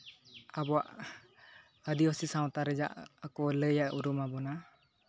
ᱟᱵᱚᱣᱟᱜ ᱟᱹᱫᱤᱵᱟᱹᱥᱤ ᱥᱟᱶᱛᱟ ᱨᱮᱭᱟᱜ ᱟᱨ ᱠᱚ ᱞᱟᱹᱭᱟ ᱩᱨᱩᱢ ᱟᱵᱚᱱᱟ